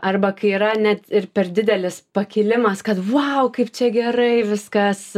arba kai yra net ir per didelis pakilimas kad vou kaip čia gerai viskas